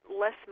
less